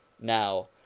Now